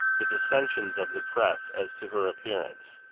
the dissensions of the press as to her appearance,